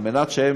היא